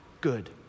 good